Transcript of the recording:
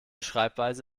schreibweise